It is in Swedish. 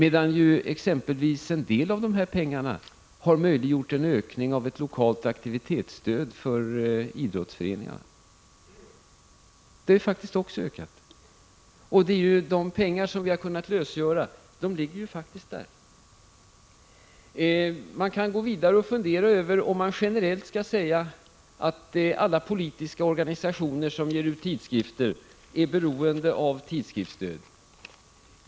En del av pengarna har möjliggjort en ökning av ett lokalt aktivitetsstöd för idrottsföreningarna. Det stödet har faktiskt också ökat. De pengar vi har kunnat lösgöra har faktiskt gått dit. Man kan gå vidare och fundera över om man generellt skall säga att alla politiska organisationer som ger ut tidskrifter också är beroende av tidskriftsstöd.